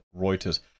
Reuters